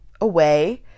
away